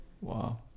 Wow